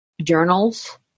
journals